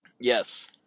Yes